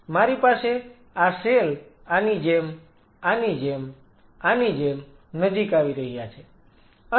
મારી પાસે આ સેલ આની જેમ આની જેમ આની જેમ નજીક આવી રહ્યા છે